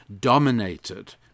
dominated